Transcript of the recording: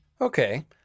Okay